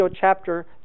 chapter